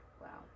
wow